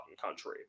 country